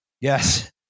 Yes